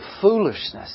foolishness